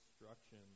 instruction